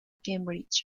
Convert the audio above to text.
cambridge